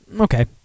Okay